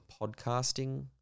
podcasting